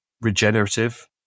regenerative